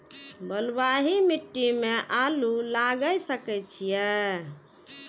बलवाही मिट्टी में आलू लागय सके छीये?